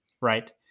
right